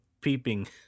Peeping